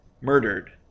murdered